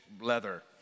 leather